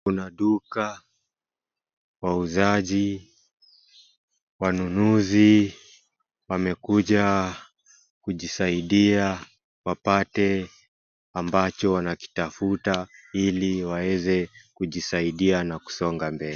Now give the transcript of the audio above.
Kuna duka wauzaji wanunuzi wamekuja kujisaidia wapate ambacho wanakitafuta ili waweze kujisaidia na kusonga mbele.